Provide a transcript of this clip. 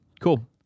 Cool